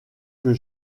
que